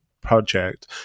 project